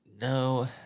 No